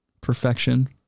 perfection